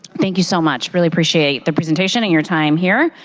thank you so much. really appreciate the presentation and your time here.